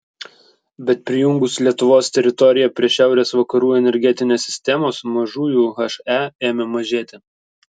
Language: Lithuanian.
bet prijungus lietuvos teritoriją prie šiaurės vakarų energetinės sistemos mažųjų he ėmė mažėti